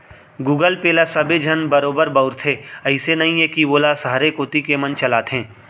Google Pay ल सबे झन बरोबर बउरथे, अइसे नइये कि वोला सहरे कोती के मन चलाथें